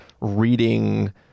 reading